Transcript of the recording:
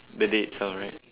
the day itself right